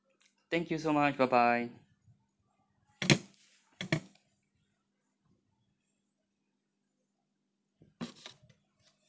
thank you so much bye bye